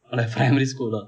oh like primary school ah